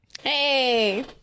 Hey